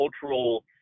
cultural